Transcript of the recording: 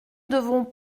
devons